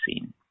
scene